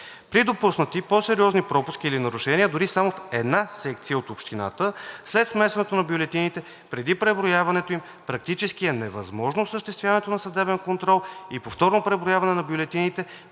При допуснати по-сериозни пропуски или нарушения дори само в една секция от общината, след смесването на бюлетините, преди преброяването им практически е невъзможно осъществяването на съдебен контрол и повторно преброяване на бюлетините